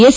S